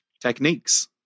techniques